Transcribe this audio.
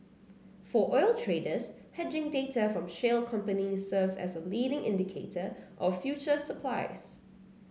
for oil traders hedging data from shale companies serves as a leading indicator of future supplies